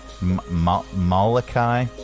Molokai